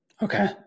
okay